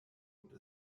und